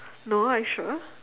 no are you sure